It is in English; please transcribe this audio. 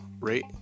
rate